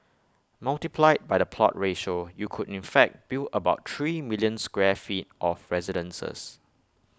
multiplied by the plot ratio you could in fact build about three million square feet of residences